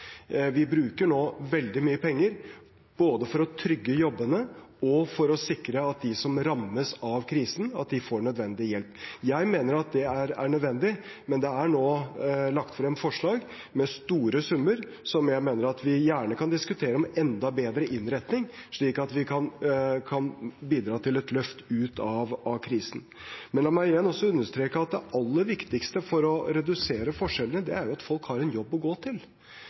Vi bruker nå veldig mye penger både for å trygge jobbene og for å sikre at de som rammes av krisen, får nødvendig hjelp. Jeg mener at det er nødvendig, men det er nå lagt frem forslag med store summer, som jeg mener at vi gjerne kan diskutere en enda bedre innretning for, slik at vi kan bidra til et løft ut av krisen. Men la meg igjen også understreke at det aller viktigste for å redusere forskjellene er at folk har en jobb å gå til.